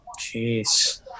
Jeez